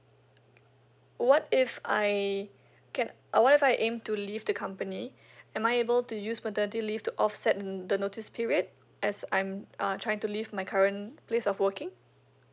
what if I can uh what if I aim to leave the company am I able to use maternity leave to offset the notice period as I'm uh trying to leave my current place of working